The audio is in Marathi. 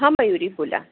हा मयूरी बोला